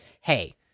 hey